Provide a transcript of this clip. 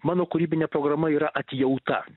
mano kūrybinė programa yra atjauta